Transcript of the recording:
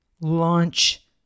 launch